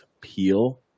peel